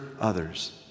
others